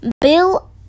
bill